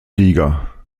liga